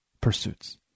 pursuits